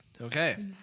Okay